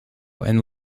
and